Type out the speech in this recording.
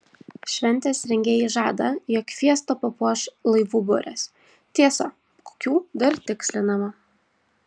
šventės rengėjai žada jog fiestą papuoš laivų burės tiesa kokių dar tikslinama